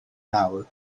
nawr